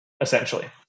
essentially